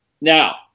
Now